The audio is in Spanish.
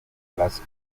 las